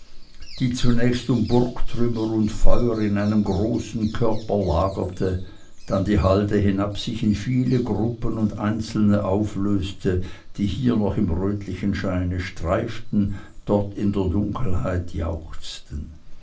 die zunächst um burgtrümmer und feuer in einem großen körper lagerte dann die halde hinab sich in viele gruppen und einzelne auflöste die hier noch im rötlichen scheine streiften dort in der dunkelheit jauchzten